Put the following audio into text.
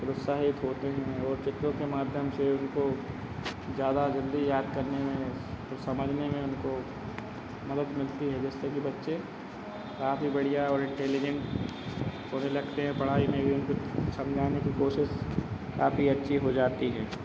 प्रोत्साहित होते हैं और चित्रों के माध्ययम से उनको ज़्यादा जल्दी याद करने में समझने में उनको मदद मिलती है जिससे कि बच्चे काफी बढिया और इंटेलिजेंट होने लगते हैं पढ़ाई में भी उनको समझाने कि कोशिश काफी अच्छी हो जाती है